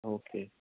okay